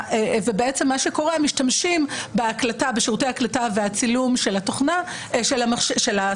ומה שקורה שמשתמשים בשירותי ההקלטה והצילום של הטלפון